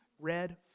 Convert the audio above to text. Red